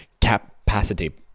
capacity